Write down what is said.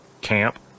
camp